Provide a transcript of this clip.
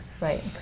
Right